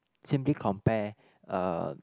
simply compare uh